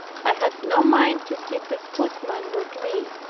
i had no mind to keep a footman with me.